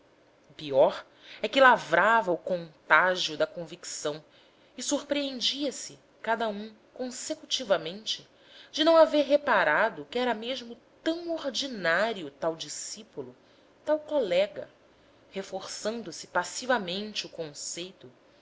pior é que lavrava o contágio da convicção e surpreendia se cada um consecutivamente de não haver reparado que era mesmo tão ordinário tal discípulo tal colega reforçando se passivamente o conceito